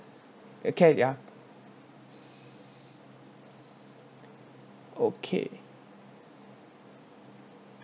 okay ya okay